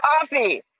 coffee